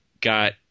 got